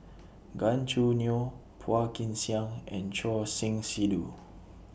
Gan Choo Neo Phua Kin Siang and Choor Singh Sidhu